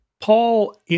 Paul